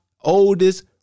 oldest